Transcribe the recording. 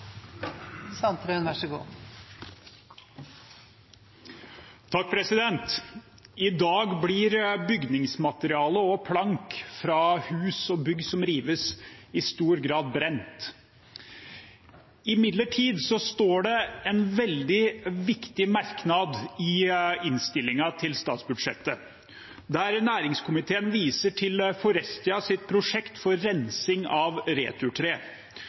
I dag blir bygningsmateriale og plank fra hus og bygg som rives, i stor grad brent. Imidlertid står det en veldig viktig merknad i innstillingen til statsbudsjettet, der næringskomiteen viser til Forestias prosjekt for rensing av returtre,